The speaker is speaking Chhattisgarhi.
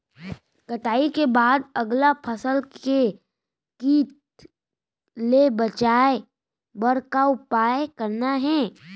कटाई के बाद अगला फसल ले किट ले बचाए बर का उपाय करना हे?